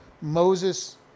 Moses